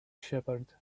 shepherd